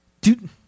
Dude